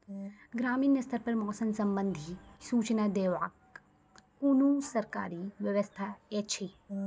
ग्रामीण स्तर पर मौसम संबंधित सूचना देवाक कुनू सरकारी व्यवस्था ऐछि?